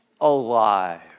alive